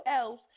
else